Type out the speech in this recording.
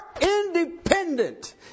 independent